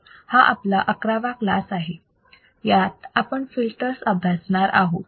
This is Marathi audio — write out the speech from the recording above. तर हा आपला अकरावा क्लास आहे यात आपण फिल्टर अभ्यासणार आहोत